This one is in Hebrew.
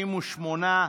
58,